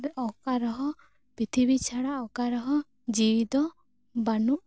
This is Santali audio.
ᱚᱠᱟ ᱨᱮᱦᱚᱸ ᱯᱤᱛᱷᱤᱵᱤ ᱪᱷᱟᱲᱟ ᱚᱠᱟᱨᱮᱦᱚᱸ ᱡᱤᱭᱤ ᱫᱚ ᱵᱟᱹᱱᱩᱜ